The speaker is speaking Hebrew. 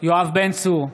יואב בן צור,